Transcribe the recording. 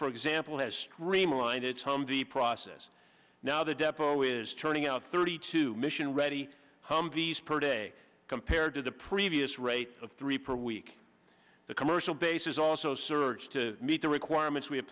for example has streamlined its humvee process now the depo is turning out thirty two mission ready humvees per day compared to the previous rate of three per week the commercial bases also serves to meet the requirements we have